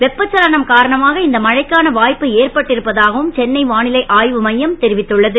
வெப்பச்சலனம் காரணமாக இந்த மழைக்கான வா ப்பு ஏற்பட்டிருப்பதாக இந்த வா லை ஆ வு மையம் தெரிவித்துள்ளது